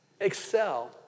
excel